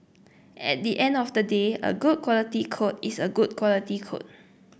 at the end of the day a good quality code is a good quality code